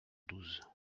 douze